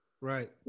Right